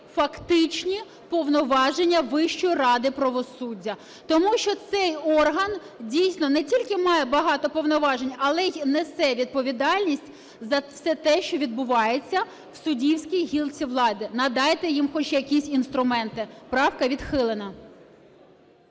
фактичні повноваження Вищої ради правосуддя, тому що цей орган, дійсно, не тільки має багато повноважень, але й несе відповідальність за все те, що відбувається в суддівській гілці владі. Надайте їм хоч якісь інструменти. Правка відхилена.